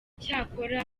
cyakora